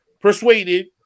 persuaded